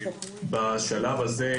בשלב הזה,